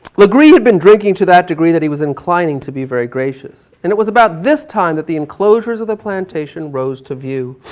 legree had been drinking to that degree that he was inclining to be very gracious and it was about this time that the enclosures of the plantation rose to view.